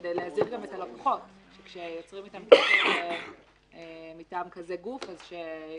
כדי להזהיר גם את הלקוחות כאשר יוצרים איתם קשר מטעם גוף כזה.